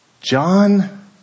John